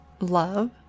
love